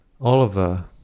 Oliver